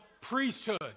priesthood